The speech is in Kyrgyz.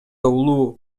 улуу